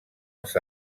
els